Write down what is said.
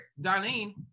Darlene